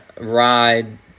ride